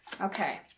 okay